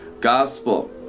gospel